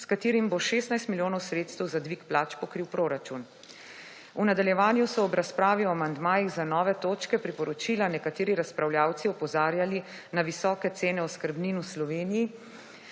s katerim bo 16 milijonov sredstev za dvig plač pokril proračun. V nadaljevanju so ob razpravi o amandmajih za nove točke priporočila nekateri razpravljavci opozarjali na visoke cene oskrbnin v Sloveniji,